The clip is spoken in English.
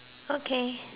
okay